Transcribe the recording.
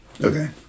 Okay